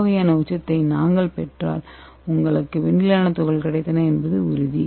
இந்த வகையான உச்சத்தை நாங்கள் பெற்றால் உங்களுக்கு வெள்ளி நானோ துகள்கள் கிடைத்தன என்பது உறுதி